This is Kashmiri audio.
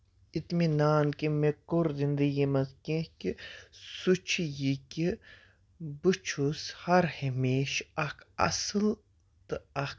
اِطمِنان کہِ مےٚ کوٚر زِندگی منٛز کینٛہہ کہِ سُہ چھُ یہِ کہِ بہٕ چھُس ہر ہمیشہٕ اکھ اصل تہٕ اکھ